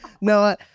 no